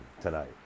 tonight